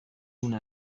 una